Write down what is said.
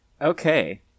okay